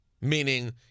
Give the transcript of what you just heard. meaning